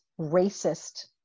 racist